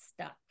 stuck